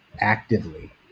actively